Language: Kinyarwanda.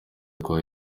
kwa